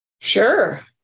sure